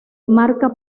marca